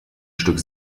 stück